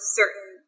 certain